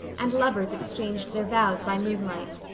and lovers exchanged their vows by moonlight.